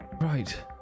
Right